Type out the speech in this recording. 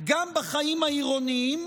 גם בחיים העירוניים,